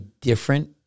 different